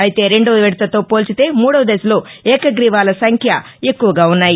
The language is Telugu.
అయితే రెండో విడతతో పోల్చితే మూడో దశలో ఏక్కగ్రీవాల సంఖ్య ఎక్కువగా ఉన్నాయి